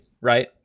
right